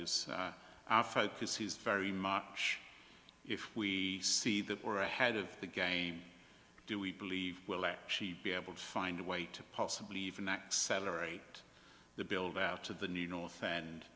he's very much if we see that we're ahead of the game do we believe we'll actually be able to find a way to possibly even accelerate the build out of the need and